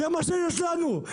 זה מה שיש לנו,